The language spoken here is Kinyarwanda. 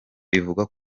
bivugwa